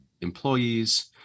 employees